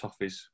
Toffees